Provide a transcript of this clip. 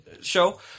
show